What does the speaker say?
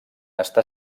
està